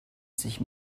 sich